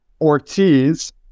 Ortiz